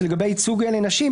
(3א) זה לגבי הייצוג לנשים.